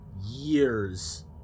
Years